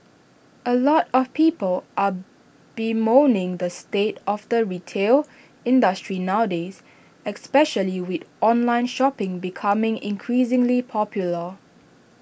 A lot of people are bemoaning the state of the retail industry nowadays especially with online shopping becoming increasingly popular